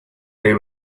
they